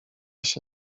się